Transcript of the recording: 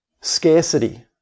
scarcity